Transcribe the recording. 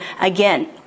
again